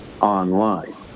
online